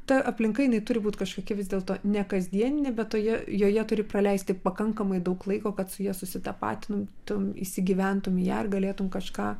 ta aplinka jinai turi būt kažkokia vis dėlto nekasdieninė bet toje joje turi praleisti pakankamai daug laiko kad su ja susitapatintum įsigyventum į ją ir galėtum kažką